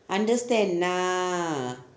understand ah